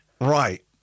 right